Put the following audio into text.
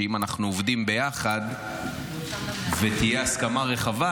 שאם אנחנו עובדים בהם ביחד ותהיה הסכמה רחבה,